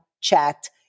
checked